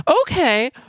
Okay